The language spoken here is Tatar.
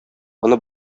аны